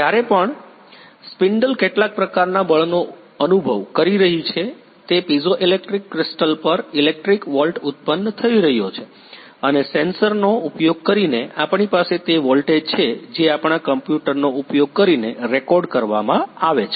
જ્યારે પણ સ્પિન્ડલ કેટલાક પ્રકારના બળનો અનુભવ કરી રહી છે તે પિઝોઇલેક્ટ્રિક ક્રિસ્ટલ પર ઇલેક્ટ્રિક વોલ્ટ ઉત્પન્ન થઈ રહ્યો છે અને સેન્સરનો ઉપયોગ કરીને આપણી પાસે તે વોલ્ટેજ છે જે આપણા કમ્પ્યુટરનો ઉપયોગ કરીને રેકોર્ડ કરવામાં આવે છે